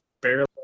barely